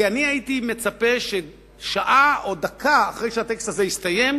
כי אני הייתי מצפה ששעה או דקה אחרי שהטקס הזה מסתיים